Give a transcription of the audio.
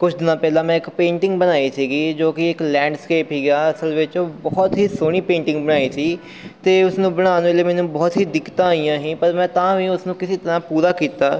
ਕੁਛ ਦਿਨਾਂ ਪਹਿਲਾਂ ਮੈਂ ਇੱਕ ਪੇਂਟਿੰਗ ਬਣਾਈ ਸੀਗੀ ਜੋ ਕਿ ਇੱਕ ਲੈਂਡਸਸਕੇਪ ਸੀਗਾ ਅਸਲ ਵਿੱਚ ਬਹੁਤ ਹੀ ਸੋਹਣੀ ਪੇਂਟਿੰਗ ਬਣਾਈ ਸੀ ਅਤੇ ਉਸਨੂੰ ਬਣਾਉਣ ਵੇਲੇ ਮੈਨੂੰ ਬਹੁਤ ਹੀ ਦਿੱਕਤਾਂ ਆਈਆਂ ਸੀ ਪਰ ਮੈਂ ਤਾਂ ਵੀ ਉਸਨੂੰ ਕਿਸੇ ਤਰ੍ਹਾਂ ਪੂਰਾ ਕੀਤਾ